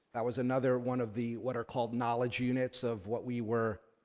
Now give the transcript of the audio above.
that was another one of the, what are called knowledge units of what we were